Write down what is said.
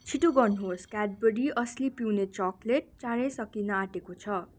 छिटो गर्नुहोस् क्याडबरी अस्लि पिउने चकलेट चाँडै सकिन आँटेको छ